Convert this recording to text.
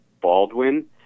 Baldwin